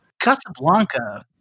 Casablanca